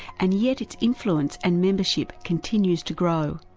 and yet its influence and membership continues to grow.